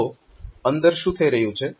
તો અંદર શું થઈ રહ્યું છે